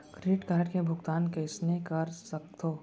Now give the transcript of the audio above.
Credit card के भुगतान कइसने कर सकथो?